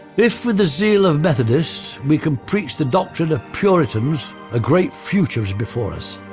if with the zeal of methodists we can preach the doctrine of puritans a great future is before us.